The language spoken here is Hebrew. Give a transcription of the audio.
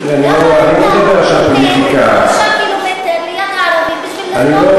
למה אתה בונה 5 קילומטר ליד הערבים בשביל לפנות אותם?